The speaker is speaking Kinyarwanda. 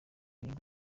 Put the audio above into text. nyungu